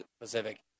Pacific